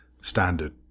standard